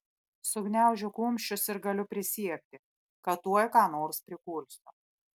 sugniaužiu kumščius ir galiu prisiekti kad tuoj ką nors prikulsiu